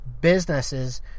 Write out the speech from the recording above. businesses